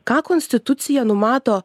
ką konstitucija numato